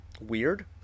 weird